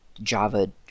Java